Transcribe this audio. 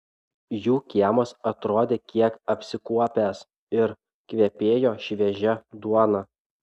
jų kiemas atrodė kiek apsikuopęs ir kvepėjo šviežia duona